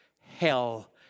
hell